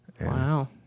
wow